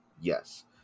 yes